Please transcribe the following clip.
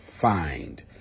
find